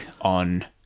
On